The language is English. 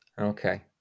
Okay